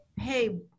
hey